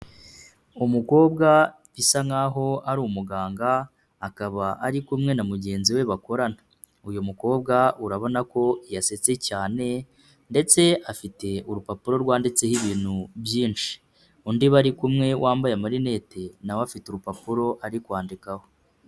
Umukobwa bisa nkaho ari umuganga akaba ari kumwe na mugenzi we bakorana, uyu mukobwa urabona ko yasetse cyane ndetse afite urupapuro rwanditseho ibintu byinshi, undi bari kumwe wambaye amarinete na we afite urupapuro ari kwandikaho.